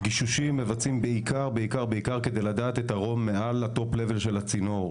גישושים מבצעים בעיקר כדי לדעת את הרום מעל ה- Top level של הצינור.